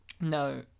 No